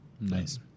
Nice